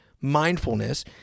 mindfulness